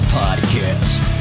podcast